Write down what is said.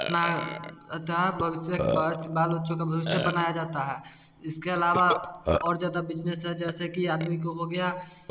अपना अतः भविष्य बा बाल बच्चों का भविष्य बनाया जाता है इसके अलावा और ज्यादा बिजनेस हैं जैसे कि आदमी को हो गया